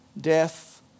death